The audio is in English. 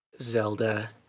zelda